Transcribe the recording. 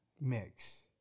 mix